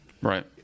Right